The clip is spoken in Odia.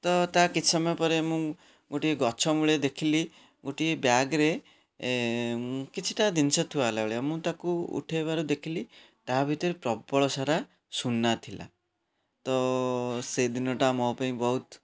ତ ତା କିଛି ସମୟ ପରେ ମୁଁ ଗୋଟିଏ ଗଛ ମୁଳେ ଦେଖିଲି ଗୋଟିଏ ବ୍ୟାଗ୍ରେ ମୁଁ କିଛିଟା ଜିନିଷ ଥୁଆହେଲା ଭଳିଆ ମୁଁ ତାକୁ ଉଠେଇବାର ଦେଖିଲି ତା ଭିତରେ ପ୍ରବଳ ସାରା ସୁନା ଥିଲା ତ ସେ ଦିନଟା ମୋ ପାଇଁ ବହୁତ